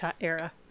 era